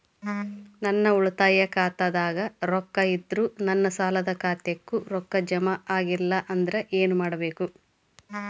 ನನ್ನ ಉಳಿತಾಯ ಖಾತಾದಾಗ ರೊಕ್ಕ ಇದ್ದರೂ ನನ್ನ ಸಾಲದು ಖಾತೆಕ್ಕ ರೊಕ್ಕ ಜಮ ಆಗ್ಲಿಲ್ಲ ಅಂದ್ರ ಏನು ಮಾಡಬೇಕು?